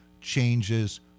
changes